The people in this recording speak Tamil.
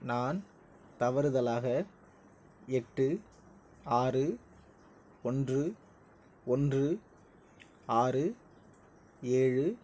நான் தவறுதலாக எட்டு ஆறு ஒன்று ஒன்று ஆறு ஏழு